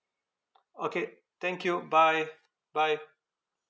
okay thank you bye bye